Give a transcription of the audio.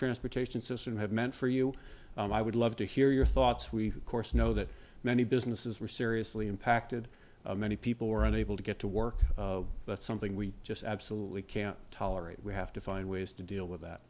transportation system have meant for you and i would love to hear your thoughts we course know that many businesses were seriously impacted many people were unable to get to work that's something we just absolutely can't tolerate we have to find ways to deal with